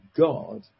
God